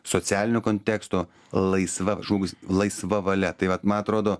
socialinio konteksto laisva žmogus laisva valia tai vat man atrodo